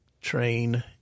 train